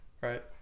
right